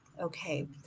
Okay